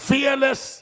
Fearless